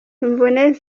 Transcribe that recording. imvune